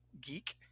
geek